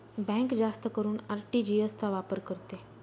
bank जास्त करून RTGS चा वापर करते